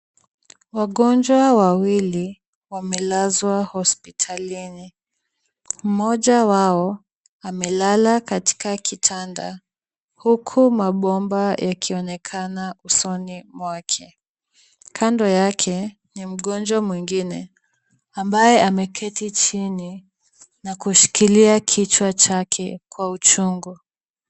Wagonjwa wawili wamelazwa hospitalini. Mmoja wao amelala katika kitanda huku mabomba yakionekana usonu mwake. Kando yake ni mgonjwa mwingine ambaye ameketi chini na kushikilia kichwa chake kwa uchungu.